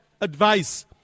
advice